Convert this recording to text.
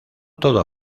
todo